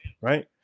right